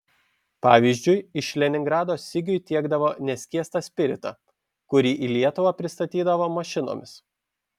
pavyzdžiui iš leningrado sigiui tiekdavo neskiestą spiritą kurį į lietuvą pristatydavo mašinomis